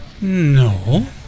No